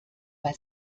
bei